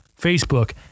Facebook